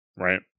Right